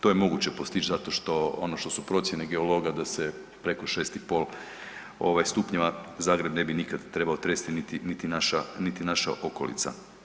To je moguće postići zato što, ono što su procjene geologa da se preko 6,5 ovaj stupnjeva Zagreb ne bi nikad trebao tresti niti naša okolica.